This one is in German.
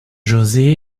josé